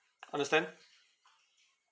understand